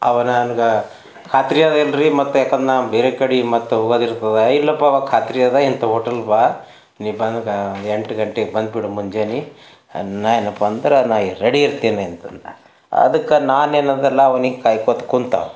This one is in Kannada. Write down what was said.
ಅವ ನಂಗೆ ಖಾತ್ರಿ ಅದೇನ್ರಿ ಮತ್ತೆ ಯಾಕಂದ್ರೆ ನಾ ಬೇರೆ ಕಡೆ ಮತ್ತು ಹೋಗೋದಿರ್ತದ ಇಲ್ಲಪ್ಪ ಅವ ಖಾತ್ರಿ ಅದ ಇಂತ ಹೋಟೆಲ್ಗೆ ಬಾ ನೀನು ಬಂದು ಎಂಟು ಗಂಟೆಗೆ ಬಂದ್ಬಿಡು ಮುಂಜಾನೆ ನಾನು ಏನಪ್ಪಾ ಅಂದ್ರೆ ನಾನು ಇಲ್ಲಿ ರೆಡಿ ಇರ್ತೀನಿ ಅಂತಂದ ಅದಕ್ಕೆ ನಾನೇನಂದರ್ಲ ಅವ್ನಿಗೆ ಕಾಯ್ಕೊಂತ ಕೂತ